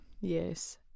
Yes